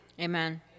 Amen